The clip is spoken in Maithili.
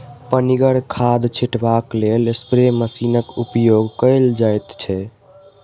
पनिगर खाद छीटबाक लेल स्प्रे मशीनक उपयोग कयल जाइत छै